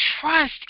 trust